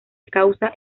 causa